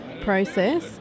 process